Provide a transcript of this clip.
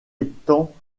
étant